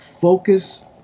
focus